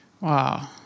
Wow